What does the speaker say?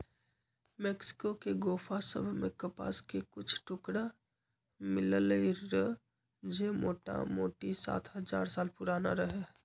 Mexico के गोफा सभ में कपास के कुछ टुकरा मिललइ र जे मोटामोटी सात हजार साल पुरान रहै